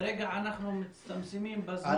כרגע אנחנו מצטמצמים בזמן.